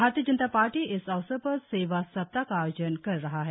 भारतीय जनता पार्टी इस अवसर सेवा सप्ताह का आयोजन कर रही है